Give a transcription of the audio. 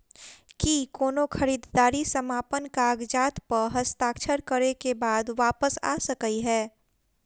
की कोनो खरीददारी समापन कागजात प हस्ताक्षर करे केँ बाद वापस आ सकै है?